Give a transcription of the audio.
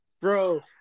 Bro